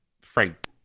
Frank